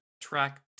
track